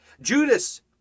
Judas